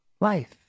life